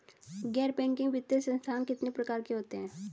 गैर बैंकिंग वित्तीय संस्थान कितने प्रकार के होते हैं?